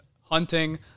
hunting